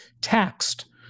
taxed